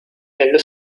dello